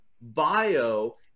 bio